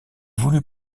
voulu